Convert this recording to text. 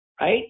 right